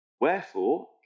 Wherefore